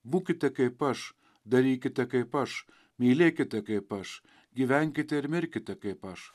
būkite kaip aš darykite kaip aš mylėkite kaip aš gyvenkite ir mirkite kaip aš